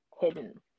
hidden